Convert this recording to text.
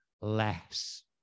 less